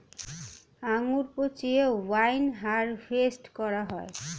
আঙ্গুর পচিয়ে wine harvest করা হয়